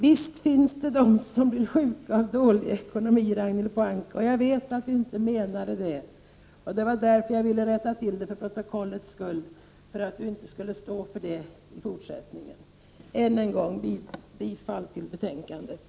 Visst finns det de som blir sjuka av dålig ekonomi, Ragnhild Pohanka. Jag vet att det inte var det Ragnhild Pohanka menade, och det var därför jag ville rätta till det.